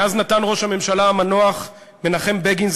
מאז נתן ראש הממשלה המנוח מנחם בגין,